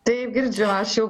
taip girdžiu aš jau